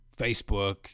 Facebook